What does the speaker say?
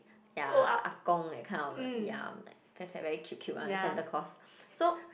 ya ah-gong that kind of ya fat fat very cute cute one Santa Claus so